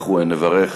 אנחנו נברך